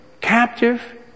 captive